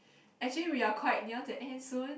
actually we are quite near to end soon